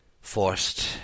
forced—